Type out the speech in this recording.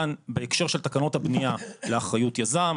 בהקשר של תקנות הבנייה לאחריות יזם,